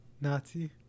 nazi